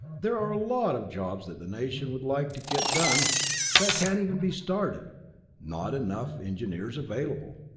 there a lot of jobs that the nation would like to get done that can't even be started not enough engineers available.